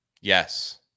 yes